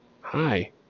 Hi